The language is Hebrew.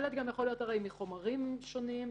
שלט יכול להיות מחומרים שונים,